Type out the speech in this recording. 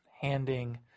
handing